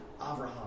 Avraham